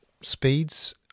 speeds